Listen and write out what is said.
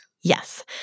Yes